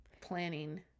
planning